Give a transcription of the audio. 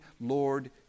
Lord